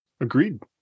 Agreed